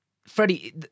Freddie